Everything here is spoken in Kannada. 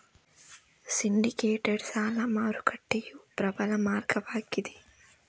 ಸಿಂಡಿಕೇಟೆಡ್ ಸಾಲ ಮಾರುಕಟ್ಟೆಯು ಪ್ರಬಲ ಮಾರ್ಗವಾಗಿದೆ